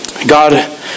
God